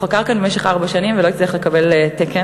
הוא חקר כאן במשך ארבע שנים ולא הצליח לקבל תקן,